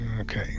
okay